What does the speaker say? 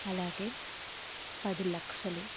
అలాగే పది లక్షలు